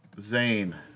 Zane